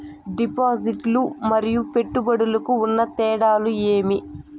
డిపాజిట్లు లు మరియు పెట్టుబడులకు ఉన్న తేడాలు ఏమేమీ?